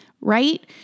right